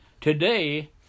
today